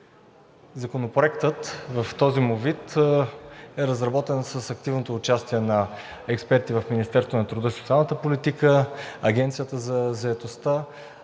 Законопроектът в този му вид е разработен с активното участие на експерти в Министерството на труда и социалната политика, Агенцията по заетостта.